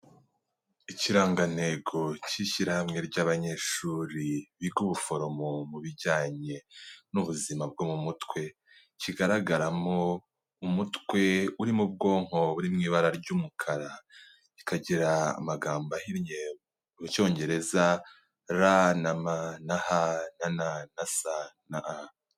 Ikirangantego cy'ishyirahamwe ry'abanyeshuri biga ubuforomo mu bijyanye n'ubuzima bwo mu mutwe, kigaragaramo umutwe urimo ubwonko buri mu ibara ry'umukara, kikagira amagambo ahinnye mu cyongereza RMHNSA.